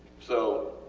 so,